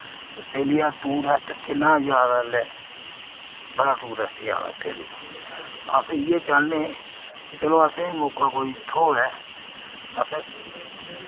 Australia tourist किन्ना ज्यादा एल्लै बड़ा टूरिस्ट जादा आस्टेलिया अस इ'यै चाह्न्ने कि चलो असें मौका कोई थ्होऐ अस